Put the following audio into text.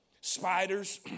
spiders